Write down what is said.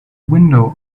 window